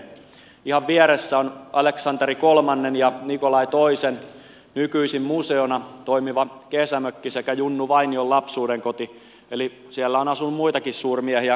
ihan vieressä on aleksanteri iiin ja nikolai iin nykyisin museona toimiva kesämökki sekä junnu vainion lapsuudenkoti eli siellä on asunut muitakin suurmiehiä kuin minä